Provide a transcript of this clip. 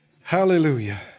Hallelujah